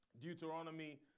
Deuteronomy